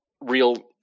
real